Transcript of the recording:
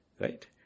Right